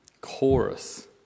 chorus